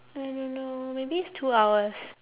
I don't know maybe it's two hours